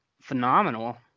phenomenal